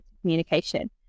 communication